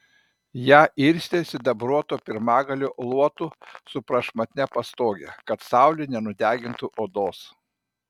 ją irstė sidabruoto pirmagalio luotu su prašmatnia pastoge kad saulė nenudegintų odos